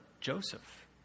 Joseph